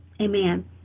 amen